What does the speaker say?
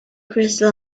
crystal